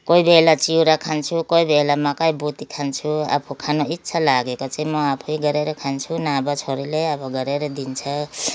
कोही बेला चिउरा खान्छु कोही बेला मकै भुटिखान्छु आफू खानु इच्छा लागेको चाहिँ म आफै गरेर खान्छु नभए छोरीले नै अब गरेर दिन्छ